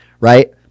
right